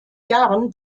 jahren